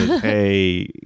hey